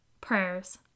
Prayers